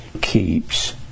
keeps